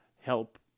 help